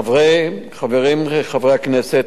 חברי הכנסת,